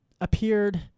appeared